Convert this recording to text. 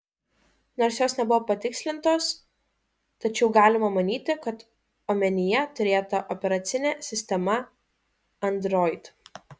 nors jos nebuvo patikslintos tačiau galima manyti kad omenyje turėta operacinė sistema android